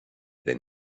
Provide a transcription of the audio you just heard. than